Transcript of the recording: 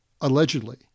Allegedly